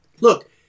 Look